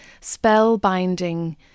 spellbinding